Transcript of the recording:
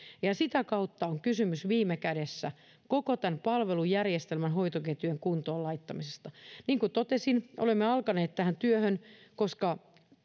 sitä kautta on kysymys viime kädessä koko tämän palvelujärjestelmän hoitoketjujen kuntoon laittamisesta niin kuin totesin olemme alkaneet tähän työhön koska